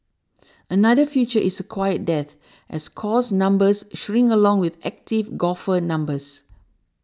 another future is a quiet death as course numbers shrink along with active golfer numbers